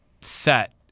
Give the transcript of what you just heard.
set